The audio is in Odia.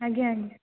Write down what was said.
ଆଜ୍ଞା ଆଜ୍ଞା